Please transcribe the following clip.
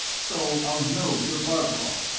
so i'll know you're bartol.